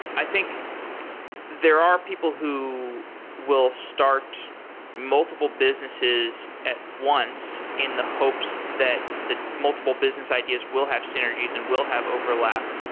i think there are people who will start multiple businesses at once in the hopes that the multiple business ideas will have synergies and will have overlap,